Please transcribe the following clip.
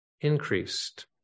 increased